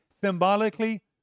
symbolically